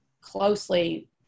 closely